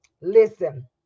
listen